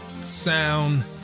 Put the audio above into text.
Sound